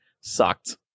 sucked